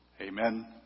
Amen